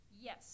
Yes